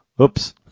Oops